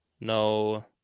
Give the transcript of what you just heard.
No